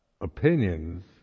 opinions